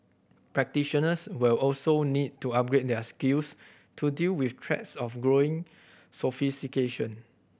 practitioners will also need to upgrade their skills to deal with threats of growing sophistication